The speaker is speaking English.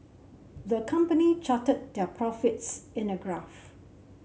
the company charted their profits in a graph